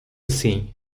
assim